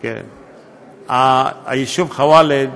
היישוב ח'וואלד,